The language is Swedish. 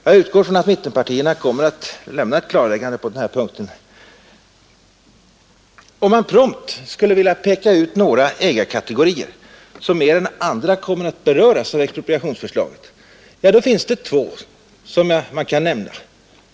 Jag utgår från att mittenpartierna kommer att lämna ett klarläggande på den här punkten. Om man prompt skulle vilja peka ut några ägarkategorier som mer än andra kommer att beröras av expropriationsförslaget, finns det två som man kan nämna.